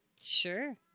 Sure